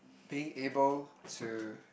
being able to